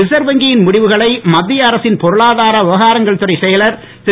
reserve வங்கியின் முடிவுகளை மத்திய அரசின் பொருளாதார விவகாரங்கள் துறை செயலர் திரு